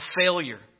failure